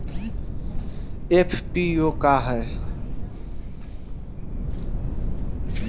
FPO का ह?